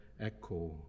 echo